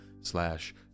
slash